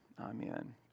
Amen